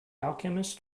alchemist